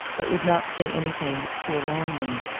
but would not say anything to alarm me.